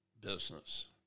business